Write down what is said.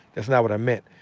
that's not what i meant.